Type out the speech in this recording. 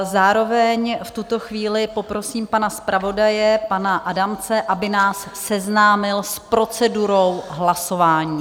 Zároveň v tuto chvíli poprosím pana zpravodaje, pana Adamce, aby nás seznámil s procedurou hlasování.